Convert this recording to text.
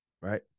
right